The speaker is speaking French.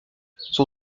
son